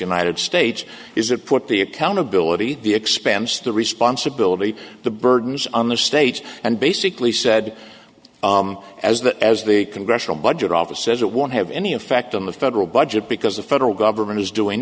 united states is it put the accountability the expense the responsibility the burdens on the states and basically said as that as the congressional budget office says it won't have any effect on the federal budget because the federal government is doing